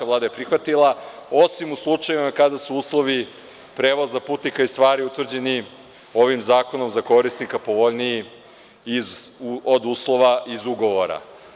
Vlada je prihvatila, osim u slučajevima kada su uslovi prevoza putnika i stvari utvrđeni ovim zakonom za korisnika povoljniji od uslova iz ugovora.